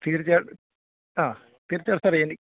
തീർച്ച അ തീർച്ചയായിട്ടും സാർ ഇനി